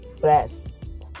Bless